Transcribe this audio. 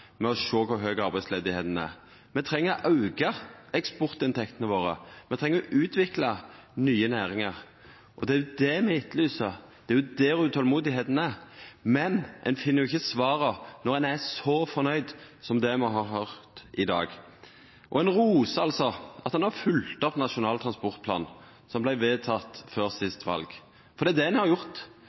ved å sjå på kor høg arbeidsløysa er. Me treng å auka eksportinntektene våre, me treng å utvikla nye næringar. Det er det me etterlyser, det er der utolmodet ligg. Men ein finn ikkje svara når ein er så fornøgd som det me har høyrt i dag. Ein rosar at ein har følgt opp Nasjonal transportplan, som vart vedteken før sist val. Det er det ein har gjort.